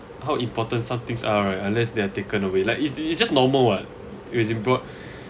how important somethings are right unless they're taken away like it's it's just normal what it's important